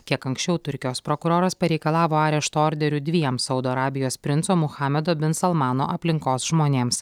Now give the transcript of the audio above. kiek anksčiau turkijos prokuroras pareikalavo arešto orderio dviem saudo arabijos princo muhamedo bin salmano aplinkos žmonėms